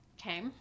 Okay